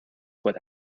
what